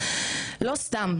לא סתם,